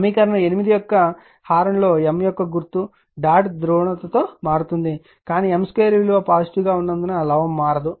సమీకరణం 8 యొక్క హారం లో M యొక్క గుర్తు డాట్ ధ్రువణతతో మారుతుంది కానీ M2 విలువ పాజిటివ్ గా ఉన్నందున లవము మారదు